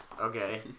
okay